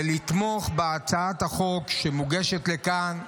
ולתמוך בהצעת החוק שמוגשת כאן.